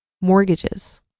Mortgages